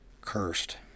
cursed